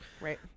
right